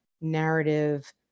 narrative